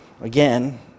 again